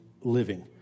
living